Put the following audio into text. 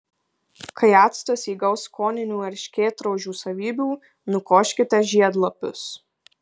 kai actas įgaus skoninių erškėtrožių savybių nukoškite žiedlapius